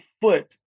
foot